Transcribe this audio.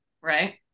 right